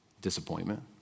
Disappointment